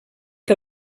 que